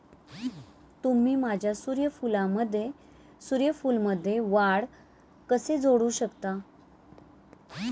तुम्ही माझ्या सूर्यफूलमध्ये वाढ कसे जोडू शकता?